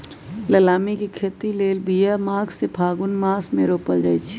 लालमि के खेती लेल बिया माघ से फ़ागुन मास मे रोपल जाइ छै